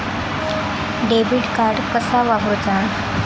Debit card कसा वापरुचा?